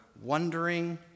wondering